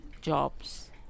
jobs